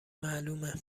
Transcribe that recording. معلومه